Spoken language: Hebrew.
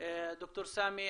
ד"ר סאמי,